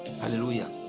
Hallelujah